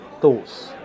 thoughts